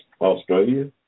Australia